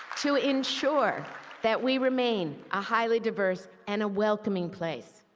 to ensure that we remain a highly diverse and welcoming place.